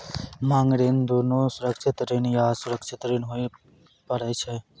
मांग ऋण दुनू सुरक्षित ऋण या असुरक्षित ऋण होय पारै छै